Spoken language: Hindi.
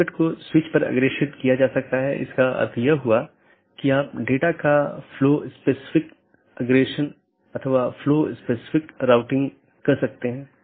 मीट्रिक पर कोई सार्वभौमिक सहमति नहीं है जिसका उपयोग बाहरी पथ का मूल्यांकन करने के लिए किया जा सकता है